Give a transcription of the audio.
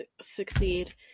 succeed